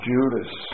Judas